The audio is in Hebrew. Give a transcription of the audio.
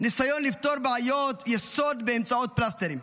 ניסיון לפתור בעיות יסוד באמצעות פלסטרים.